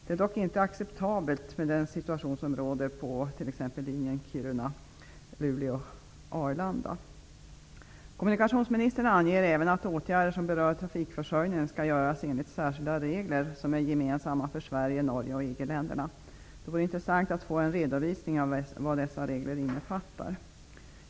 Det är inte acceptabelt med den situation som råder på t.ex. linjen Kiruna--Luleå--Arlanda. Kommunikationsministern anger även att åtgärder som berör trafikförsörjningen skall göras enligt särskilda regler som är gemensamma för Sverige, Norge och EG-länderna. Det vore intressant att få en redovisning av vad dessa regler innefattar.